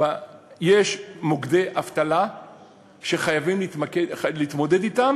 יש מוקדי אבטלה שחייבים להתמודד אתם